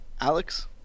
Alex